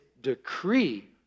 decree